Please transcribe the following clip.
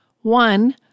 One